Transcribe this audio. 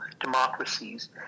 democracies